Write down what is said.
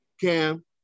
Cam